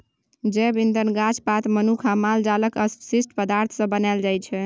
जैब इंधन गाछ पात, मनुख आ माल जालक अवशिष्ट पदार्थ सँ बनाएल जाइ छै